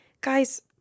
guys